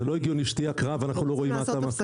זה לא הגיוני שתהיה הקראה אבל אנחנו לא רואים מה אתה מקריא.